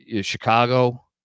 Chicago